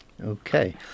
Okay